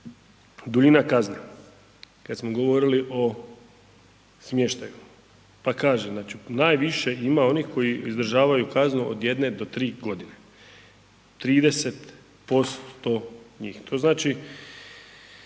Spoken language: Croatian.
duljina kazne, kad smo govorili o smještaju pa kaže najviše ima onih koji izdržavaju kaznu od jedne do tri godine 30% njih. To znači